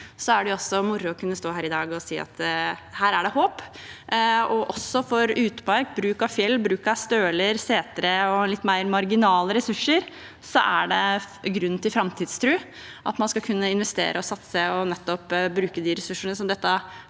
er det også moro å kunne stå her i dag og si at det er håp. Også for bruk av utmark, fjell, støler og setre og litt mer marginale ressurser er det grunn til framtidstro, og at man skal kunne investere, satse og bruke de ressursene som dette